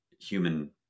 human